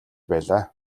байлаа